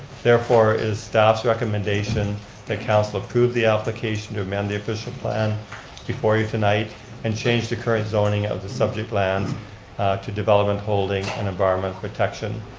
therefore it is staff's recommendation that council approve the application to amend the official plan before you tonight and change the current zoning of the subject lands to development holding and environment protection,